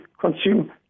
consume